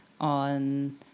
on